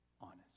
honest